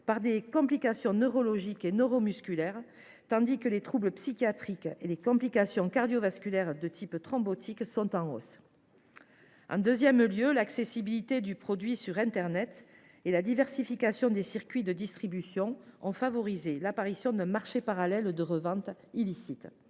par des complications neurologiques et neuromusculaires, tandis que les troubles psychiatriques et les complications cardiovasculaires de type thrombotique sont en hausse. En deuxième lieu, l’accessibilité du produit sur internet et la diversification des circuits de distribution ont favorisé l’apparition d’un marché parallèle de revente illicite.